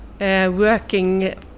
working